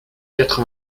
quatre